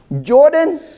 Jordan